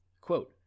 Quote